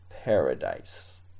paradise